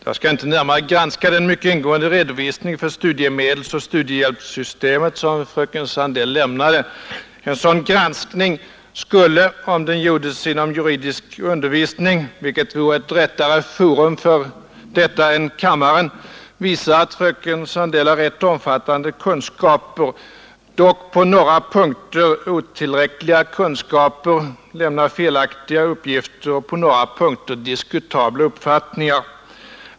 Fru talman! Jag skall inte närmare granska den mycket ingående redovisning för studiemedelsoch studiehjälpssystemet som fröken Sandell lämnade. En sådan granskning skulle, om den gjordes inom juridisk undervisning, vilket vore ett rättare forum än kammaren, visa att fröken Sandell har omfattande kunskaper, på några punkter dock otillräckliga, att hon ger några felaktiga uppgifter och på några punkter har diskutabla uppfattningar.